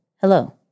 Hello